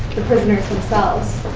the prisoners, themselves.